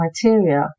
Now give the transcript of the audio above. criteria